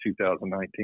2019